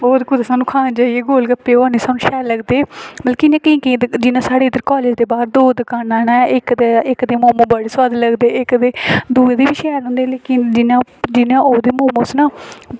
होर कुदै जाइयै स्हानू खाने चाहिदे गोलगफ्फे ते ओह् निं सानूं शैल लगदे ते जियां साढ़े कॉलेज़ दे बाहर दौ दकानां न इक्क दे ते बड़े सोआदले लगदे दूए दे बी शैल न लेकिन जियां ओह्दे मोमोज़ ना